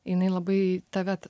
jinai labai tave